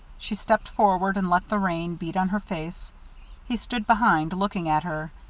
she stepped forward and let the rain beat on her face he stood behind, looking at her.